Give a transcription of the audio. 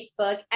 Facebook